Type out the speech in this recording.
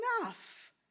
enough